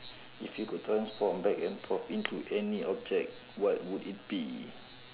if you could transform back and forth into any object what would it be